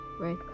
right